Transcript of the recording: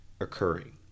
occurring